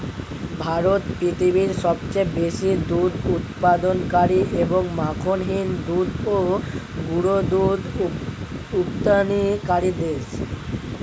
ভারত পৃথিবীর সবচেয়ে বেশি দুধ উৎপাদনকারী এবং মাখনহীন দুধ ও গুঁড়ো দুধ রপ্তানিকারী দেশ